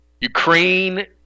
Ukraine